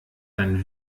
dann